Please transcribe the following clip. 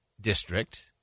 district